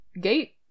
gate